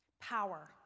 Power